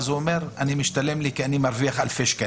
עדיין ישתלם לו לעשות את זה.